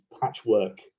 patchwork